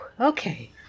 Okay